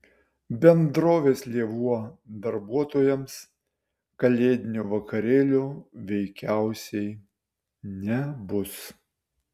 bendrovės lėvuo darbuotojams kalėdinio vakarėlio veikiausiai nebus